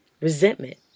resentment